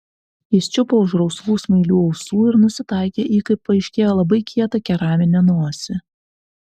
jis čiupo už rausvų smailių ausų ir nusitaikė į kaip paaiškėjo labai kietą keraminę nosį